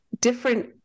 different